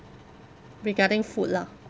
regarding food lah